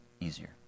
easier